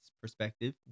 perspective